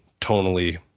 tonally